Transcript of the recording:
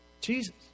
Jesus